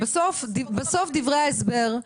בסוף דברי ההסבר,